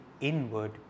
inward